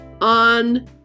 on